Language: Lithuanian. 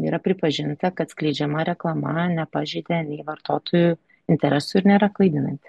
yra pripažinta kad skleidžiama reklama nepažeidė nei vartotojų interesų ir nėra klaidinanti